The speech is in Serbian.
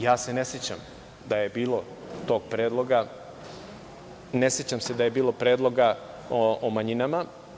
Ja se ne sećam da je bilo tog predloga, ne sećam se da je bilo predloga o manjinama.